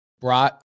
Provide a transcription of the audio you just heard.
brought